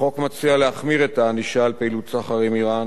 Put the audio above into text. החוק מציע להחמיר את הענישה על פעילות סחר עם אירן